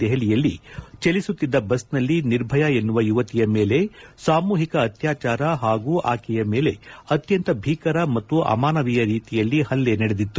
ದೆಹಲಿಯಲ್ಲಿ ಚಲಿಸುತ್ತಿದ್ದ ಬಸ್ನಲ್ಲಿ ನಿರ್ಭಯಾ ಎನ್ನುವ ಯುವತಿಯ ಮೇಲೆ ಸಾಮೂಹಿಕ ಅತ್ಯಾಚಾರ ಹಾಗೂ ಆಕೆಯ ಮೇಲೆ ಅತ್ಯಂತ ಭೀಕರ ಮತ್ತು ಅಮಾನವೀಯ ರೀತಿಯಲ್ಲಿ ಹಲ್ಲೆ ನಡೆದಿತ್ತು